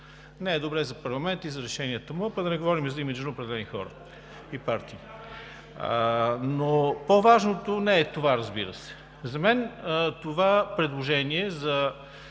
Не е добре за парламента и за решенията му, пък да не говорим за имиджа на определени хора и партии но по-важното не е това, разбира се. За мен това предложение за